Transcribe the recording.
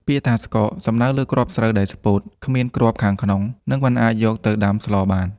ពាក្យថា «ស្កក» សំដៅលើគ្រាប់ស្រូវដែលស្ពោត គ្មានគ្រាប់ខាងក្នុង និងមិនអាចយកទៅដាំស្លបាន។